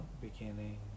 beginning